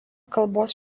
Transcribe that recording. kalbos